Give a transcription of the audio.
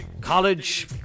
college